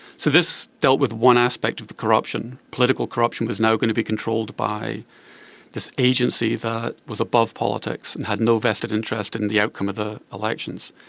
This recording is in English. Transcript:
so this dealt with one aspect of the corruption. political corruption was now going to be controlled by this agency that was above politics and had no vested interest in the outcome of the elections.